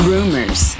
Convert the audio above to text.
Rumors